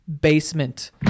basement